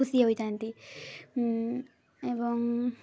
ଖୁସି ହୋଇଥାନ୍ତି ଏବଂ